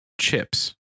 chips